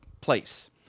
place